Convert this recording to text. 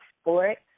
sports